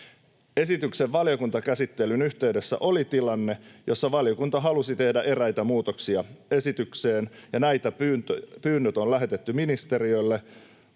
Esityksen valiokuntakäsittelyn yhteydessä oli tilanne, jossa valiokunta halusi tehdä eräitä muutoksia esitykseen ja nämä pyynnöt on lähetetty ministeriölle,